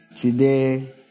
today